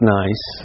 nice